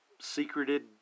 secreted